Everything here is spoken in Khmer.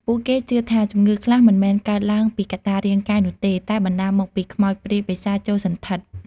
ពួកគេជឿថាជំងឺខ្លះមិនមែនកើតឡើងពីកត្តារាងកាយនោះទេ តែបណ្តាលមកពីខ្មោចព្រាយបិសាចចូលសណ្ឋិត។